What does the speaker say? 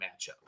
matchup